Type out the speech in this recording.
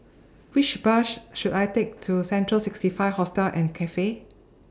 Which Bus should I Take to Central sixty five Hostel and Cafe